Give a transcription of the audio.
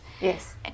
Yes